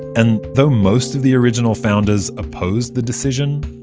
and though most of the original founders opposed the decision,